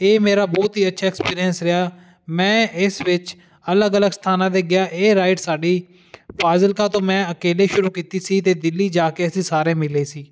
ਇਹ ਮੇਰਾ ਬਹੁਤ ਹੀ ਅੱਛਾ ਐਕਸਪੀਰੀਅੰਸ ਰਿਹਾ ਮੈਂ ਇਸ ਵਿੱਚ ਅਲੱਗ ਅਲੱਗ ਸਥਾਨਾਂ 'ਤੇ ਗਿਆ ਇਹ ਰਾਈਡ ਸਾਡੀ ਫਾਜ਼ਿਲਕਾ ਤੋਂ ਮੈਂ ਅਕੇਲੇ ਸ਼ੁਰੂ ਕੀਤੀ ਸੀ ਅਤੇ ਦਿੱਲੀ ਜਾ ਕੇ ਅਸੀਂ ਸਾਰੇ ਮਿਲੇ ਸੀ